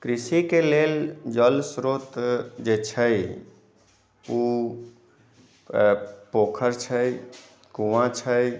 कृषि के लेल जल स्रोत जे छै ओ पोखरि छै कुआँ छै